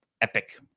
epic